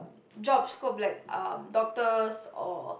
job scope like um doctors or